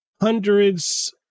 hundreds